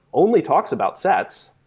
only talks about sets.